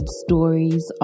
stories